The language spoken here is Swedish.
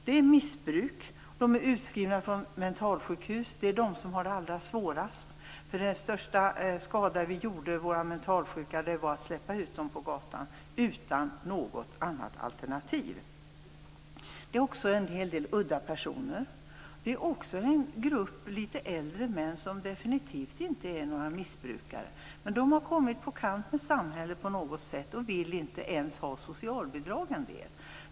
Det är missbruk. De är utskrivna från mentalsjukhus. Det är de som har det allra svårast. Den största skada vi gjorde våra mentalsjuka var att släppa ut dem på gatan utan något annat alternativ. Det finns också en hel del udda personer. Det finns också en grupp litet äldre män som definitivt inte är några missbrukare. De har kommit på kant med samhället på något sätt, och en del vill inte ens ha socialbidrag.